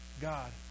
God